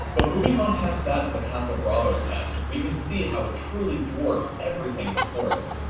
but moving on past that to the castle bravo test, we can see how it truly dwarfs everything before it.